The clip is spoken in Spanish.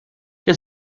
que